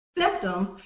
symptoms